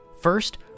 First